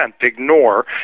ignore